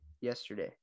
yesterday